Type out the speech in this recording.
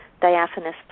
diaphanous